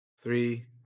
Three